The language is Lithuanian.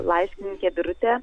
laiškininkė birutė